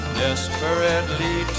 desperately